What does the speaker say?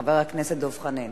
חבר הכנסת דב חנין.